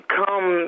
come